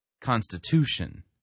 constitution